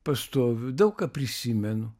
pastoviu daug ką prisimenu